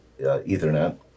Ethernet